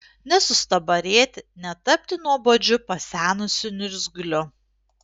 nesustabarėti netapti nuobodžiu pasenusiu niurzgliu